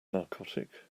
narcotic